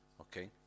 okay